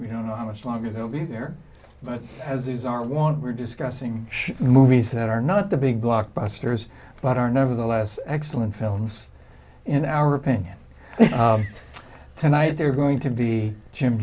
don't know how much longer they'll be there but as these are want we're discussing movies that are not the big blockbusters but are nevertheless excellent films in our opinion tonight they're going to be jim